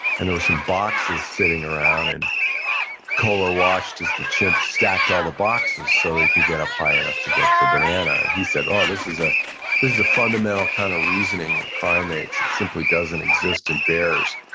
and there were some boxes sitting around and coller watched as the chimp stacked all the boxes so he could get up high enough to get the banana. and he said, oh, this is ah is the fundamental kind of reasoning and primates, it simply doesn't exist in bears.